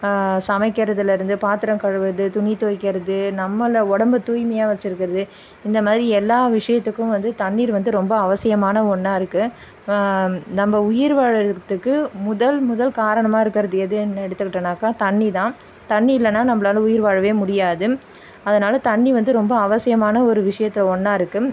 சமைக்கிறதுலேருந்து பாத்திரம் கழுவுறது துணி துவைக்கிறது நம்மளை உடம்ப தூய்மையாக வச்சுருக்கறது இந்த மாதிரி எல்லா விஷயத்துக்கும் வந்து தண்ணீர் வந்து ரொம்ப அவசியமான ஒன்னாக இருக்கு நம்ம உயிர் வாழறதுக்கு முதல் முதல் காரணமாக இருக்கிறது எதுன்னு எடுத்துக்கிட்டோன்னாக்கா தண்ணீர் தான் தண்ணி இல்லைன்னா நம்பளால் உயிர் வாழவே முடியாது அதனால் தண்ணி வந்து ரொம்ப அவசியமான ஒரு விஷயத்து ஒன்னாக இருக்கு